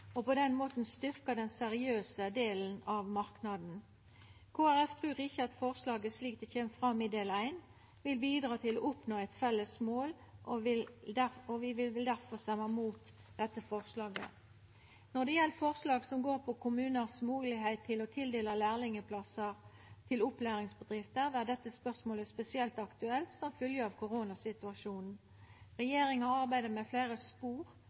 og på den måten vil ein styrkja den seriøse delen av marknaden. Kristeleg Folkeparti trur ikkje at forslaget, slik det kjem fram i forslag til vedtak I, vil bidra til å oppnå eit felles mål. Vi vil difor stemma mot dette forslaget. Når det gjeld forslag som går på kommunane si moglegheit til å tildela lærlingplassar til opplæringsbedrifter, er dette spørsmålet spesielt aktuelt som følgje av koronasituasjonen. Regjeringa arbeider langs fleire spor